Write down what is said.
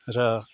र